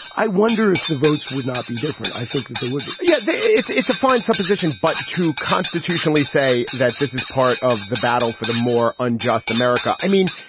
i wonder if the votes would not be different. i think that they would be yeah, it's it's a fine supposition. but to constitutionally say that this is part of the battle for the more unjust america. i mean,